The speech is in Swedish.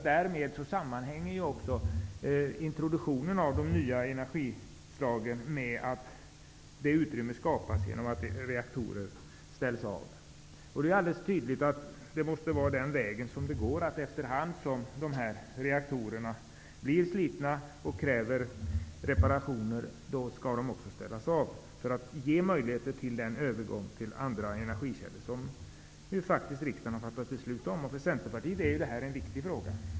Därmed sammanhänger också introduktionen av de nya energislagen med att utrymme skapas genom att reaktorer ställs av. Det är alldeles tydligt att det är den vägen vi måste gå. Efter hand som reaktorerna blir slitna och kräver reparationer skall de också ställas av för att ge möjligheter till den övergång till andra energikällor som ju faktiskt riksdagen har fattat beslut om. För Centerpartiet är det här en viktig fråga.